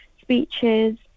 speeches